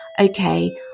okay